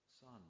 Son